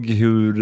hur